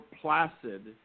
placid